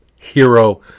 hero